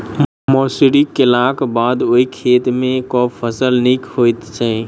मसूरी केलाक बाद ओई खेत मे केँ फसल नीक होइत छै?